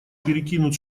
перекинут